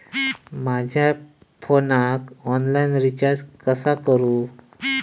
माझ्या फोनाक online recharge कसा करू?